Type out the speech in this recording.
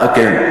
כן.